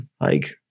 Like-